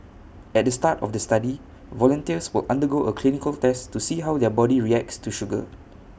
at the start of the study volunteers will undergo A clinical test to see how their body reacts to sugar